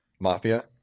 mafia